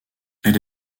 elle